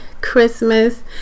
Christmas